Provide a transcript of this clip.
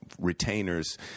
retainers